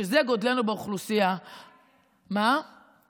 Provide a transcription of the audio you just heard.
שזה גודלנו באוכלוסייה, כפיים, קרן.